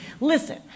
listen